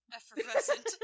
Effervescent